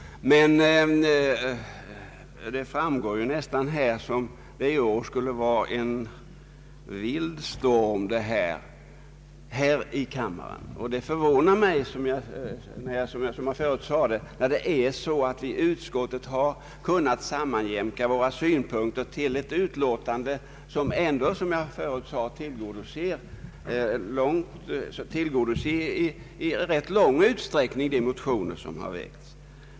Det verkar emellertid som om i år en vild storm skulle råda här i kammaren. Det förvånar mig när, som jag tidigare anfört, vii utskottet har kunnat sammanjämka våra synpunkter till ett utlåtande som ändå i ganska stor utsträckning tillgodoser yrkandena i de motioner som väckts.